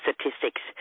statistics